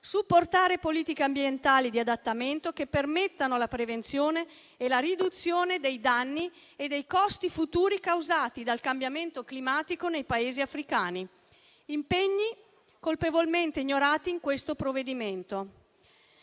supportare politiche ambientali di adattamento che permettano la prevenzione e la riduzione dei danni e dei costi futuri causati dal cambiamento climatico nei Paesi africani. I citati impegni, però, vengono colpevolmente ignorati nel provvedimento